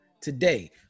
Today